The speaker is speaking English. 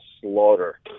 slaughter